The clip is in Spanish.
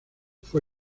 fue